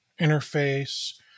interface